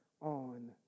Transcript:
on